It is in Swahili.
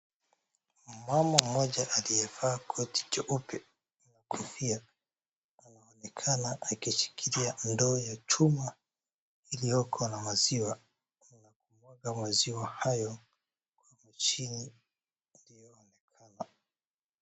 Mama mmoja aliyevaa koti jeupe, na kfia anaonekana akishikilia ndoo ya chuma ilioko na maziwa na kumwaga maziwa hayo kwa mashini iliyoonekana.